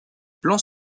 plans